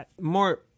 more